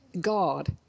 God